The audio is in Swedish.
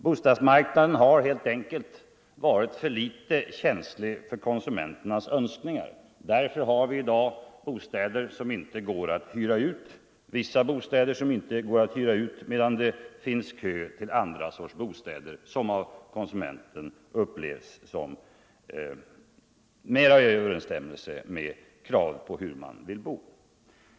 Bostadsmarknaden har helt enkelt varit för litet känslig för konsumenternas önskningar. Därför har vi i dag vissa bostäder som inte går att hyra ut, medan det finns kö till andra sorters bostäder, som av komsumenterna upplevs som mer i överensstämmelse med hur de vill bo.